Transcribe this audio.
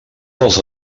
dels